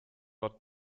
are